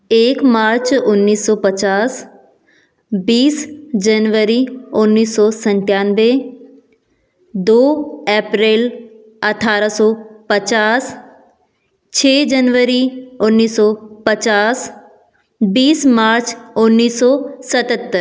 एक मार्च उन्नीस सौ पचास बीस जनवरी उन्नीस सौ सत्तानवे दो अप्रैल अठारह सौ पचास छः जनवरी उन्नीस सौ पचास बीस मार्च उन्नीस सौ सतहत्तर